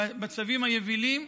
בצווים היבילים,